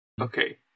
Okay